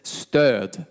stöd